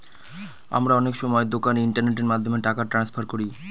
আমরা অনেক সময় দোকানে ইন্টারনেটের মাধ্যমে টাকা ট্রান্সফার করি